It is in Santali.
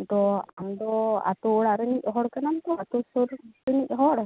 ᱟᱫᱚ ᱟᱢ ᱫᱚ ᱟᱛᱳ ᱚᱲᱟᱜ ᱨᱤᱱᱤᱡ ᱦᱚᱲ ᱠᱟᱱᱟᱢ ᱛᱚ ᱟᱛᱳ ᱥᱩᱨ ᱨᱤᱱᱤᱡ ᱦᱚᱲ